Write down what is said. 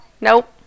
Nope